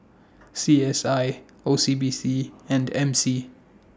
C S I O C B C and M C